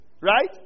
Right